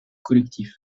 collectif